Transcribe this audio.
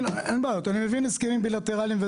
אני מבין הסכמים בילטרליים,